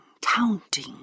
counting